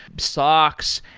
socks,